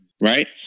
right